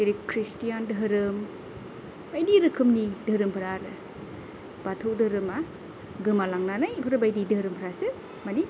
जेरै ख्रिस्टियान धोरोम बायदि रोखोमनि धोरोमफोरा आरो बाथौ धोरोमा गोमालांनानै बिफोरबादि धोरोमफ्रासो मानि